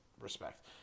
respect